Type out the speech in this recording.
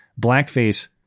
blackface